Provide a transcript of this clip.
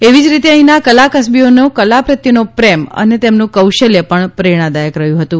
એવી જ રીતે અહીંના કલાકસબીઓનો કલા પ્રત્યેનો પ્રેમ અને તેમનું કૌશલ્ય પણ પ્રેરણાદાયક હતું